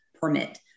permit